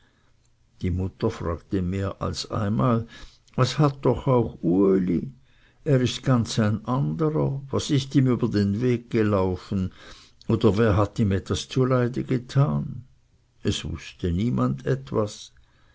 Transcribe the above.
die mutter fragte mehr als einmal was hat doch auch uli er ist ganz ein anderer was ist ihm über den weg gelaufen oder wer hat ihm etwas zuleid getan es wußte niemand etwas